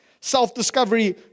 Self-discovery